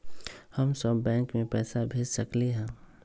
हम सब बैंक में पैसा भेज सकली ह?